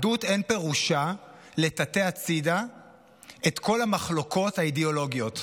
אחדות אין פירושה לטאטא הצידה את כל המחלוקות האידיאולוגיות.